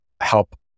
help